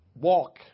walk